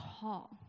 call